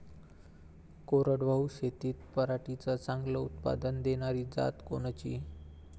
कोरडवाहू शेतीत पराटीचं चांगलं उत्पादन देनारी जात कोनची?